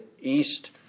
East